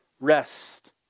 rest